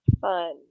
Fun